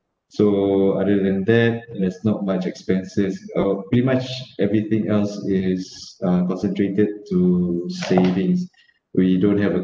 so other than that there's not much expenses oh pretty much everything else is uh concentrated to savings we don't have a